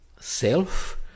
self